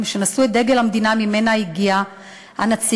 שנשאו את דגל המדינה שממנה הגיע הנציג,